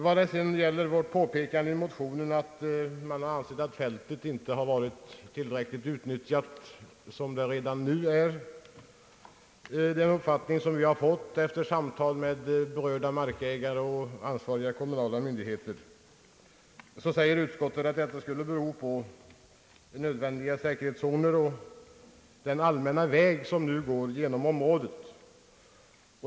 Vad sedan gäller vårt påpekande i motionen att fältet inte varit tillräckligt utnyttjat — en uppfattning som vi har fått vid samtal med berörda markägare och ansvariga kommunala myndigheter — säger utskottet att detta förhållande skulle bero på nödvändiga säkerhetszoner och den allmänna väg som nu går genom området.